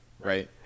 right